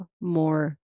more